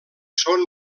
són